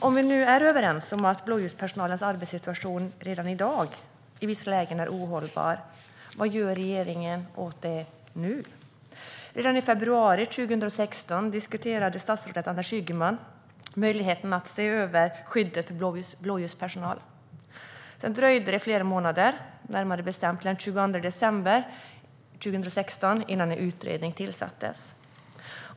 Om vi nu är överens om att blåljuspersonalens arbetssituation redan i dag i vissa lägen är ohållbar, vad gör regeringen åt detta nu? Redan i februari 2016 diskuterade statsrådet Anders Ygeman möjligheten att se över skyddet för blåljuspersonal. Sedan dröjde det flera månader, närmare bestämt till den 22 december 2016, innan en utredning tillsattes.